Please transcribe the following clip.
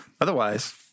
Otherwise